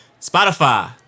Spotify